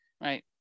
Right